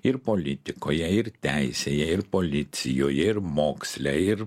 ir politikoje ir teisėje ir policijoje ir moksle ir